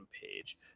page